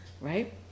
right